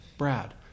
Brad